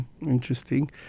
Interesting